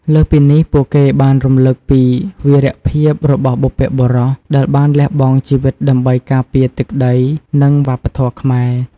លើសពីនេះ ពួកគេបានរំលឹកពី វីរភាពរបស់បុព្វបុរស ដែលបានលះបង់ជីវិតដើម្បីការពារទឹកដី និងវប្បធម៌ខ្មែរ។